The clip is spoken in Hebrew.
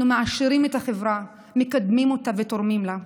אנחנו מעשירים את החברה, מקדמים אותה ותורמים לה.